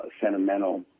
sentimental